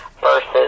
versus